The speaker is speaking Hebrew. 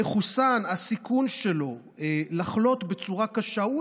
הסיכון שלו לחלות בצורה קשה הפוך.